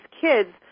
kids –